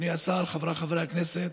אדוני השר, חבריי חברי הכנסת,